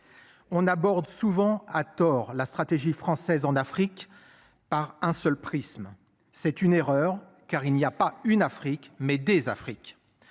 On aborde souvent à tort la stratégie française en Afrique. Par un seul prisme. C'est une erreur car il n'y a pas une Afrique mais des Afrique.